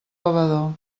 bevedor